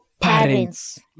parents